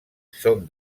són